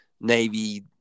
Navy